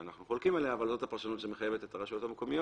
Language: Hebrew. שאנחנו חולקים עליה אבל זאת הפרשנות שמחייבת את הרשויות המקומיות,